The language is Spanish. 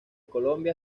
colombia